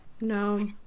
No